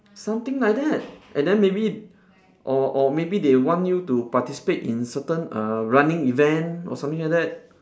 something like that and then maybe or or maybe they want you to participate in certain uh running event or something like that